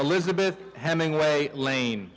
elizabeth hemingway lane